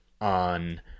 on